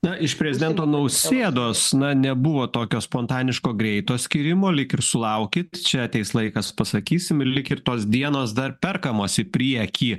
na iš prezidento nausėdos na nebuvo tokio spontaniško greito skyrimo lyg ir sulaukė čia ateis laikas pasakysime lyg ir tos dienos dar perkamos į priekį